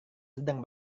sedang